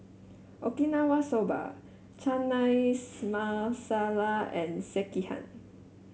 Okinawa Soba Chana Masala and Sekihan